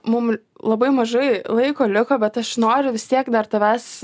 mum labai mažai laiko liko bet aš noriu vis tiek dar tavęs